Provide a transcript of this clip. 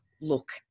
look